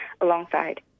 alongside